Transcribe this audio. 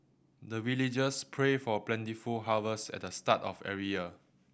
the villagers pray for plentiful harvest at the start of every year